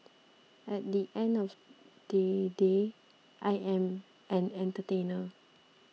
at the end of they day I am an entertainer